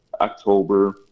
October